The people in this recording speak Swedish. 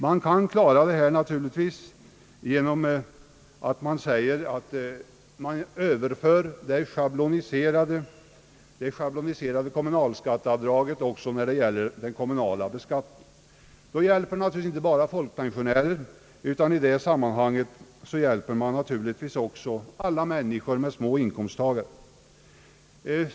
Man kan naturligtvis klara detta genom att införa det schabloniserade kommunalskatteavdraget också när det gäller den kommunala beskattningen. Man hjälper därmed naturligtvis inte bara folkpensionärerna, utan alla människor med små inkomster.